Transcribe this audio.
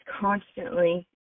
constantly